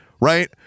right